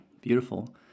Beautiful